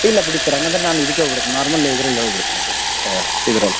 ಇಲ್ಲ ಬಿಡಿ ಸರ್ ಹಂಗಂದ್ರೆ ನಾನು ಇದಕ್ಕೆ ಹೋಗ್ಬಿಡದು ನಾರ್ಮಲ್ ಇದರಲ್ಲೆ ಹೋಗಿ ಬಿಡ್ತೇನೆ ಸರ್ ತಾ ಇದ್ರಲ್ಲಿ